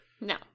No